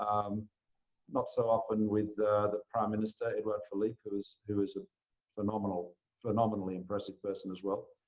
um not so often with the prime minister edouard philippe, who is who is a phenomenal phenomenally impressive person, as well.